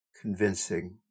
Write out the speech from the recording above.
convincing